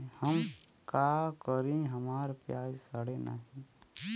हम का करी हमार प्याज सड़ें नाही?